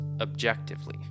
objectively